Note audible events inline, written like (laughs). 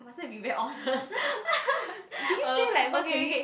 must it be very honest (laughs) uh okay okay